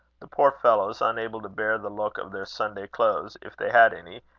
the poor fellows, unable to bear the look of their sunday clothes, if they had any,